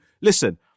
listen